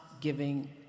giving